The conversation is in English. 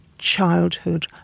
childhood